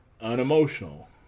unemotional